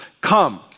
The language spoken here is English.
Come